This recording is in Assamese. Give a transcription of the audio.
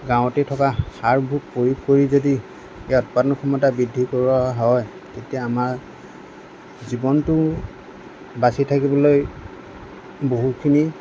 গাঁৱতে থকা সাৰবোৰ প্ৰয়োগ কৰি যদি ইয়াৰ উৎপাদন ক্ষমতা বৃদ্ধি কৰোৱা হয় তেতিয়া আমাৰ জীৱনটো বাচি থাকিবলৈ বহুখিনি